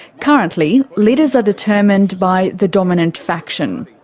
currently, leaders are determined by the dominant faction.